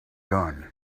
gun